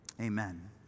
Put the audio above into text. amen